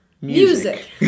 music